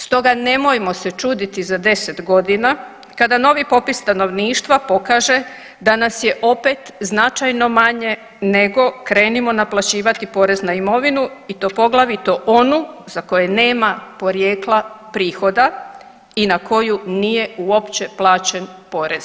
Stoga nemojmo se čuditi za 10 godina kada novi popis stanovništva pokaže da nas je opet značajno manje nego krenimo naplaćivati porez na imovinu i to poglavito onu za koje nema porijekla prihoda i na koju nije uopće plaćen porez.